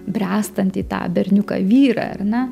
bręstantį tą berniuką vyrą ar ne